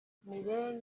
mireille